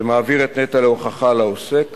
שמעביר את נטל ההוכחה לעוסק